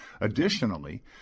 Additionally